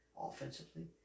Offensively